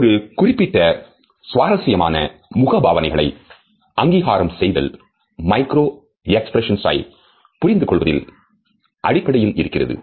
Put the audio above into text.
ஒரு குறிப்பிட்ட சுவாரசியமான முக பாவனைகளை அங்கீகாரம் செய்தல் மைக்ரோ எக்ஸ்பிரஷன்ஸ்ஐ புரிந்து கொள்வதில் அடிப்படையில் இருக்கிறது